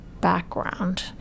background